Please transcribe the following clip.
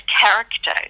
character